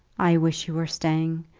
i wish you were staying.